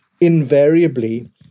invariably